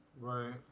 Right